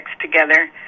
together